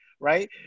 Right